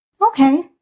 Okay